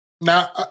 Now